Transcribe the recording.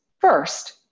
First